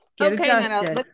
Okay